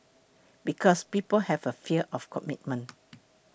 because people have a fear of commitment